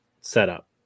setup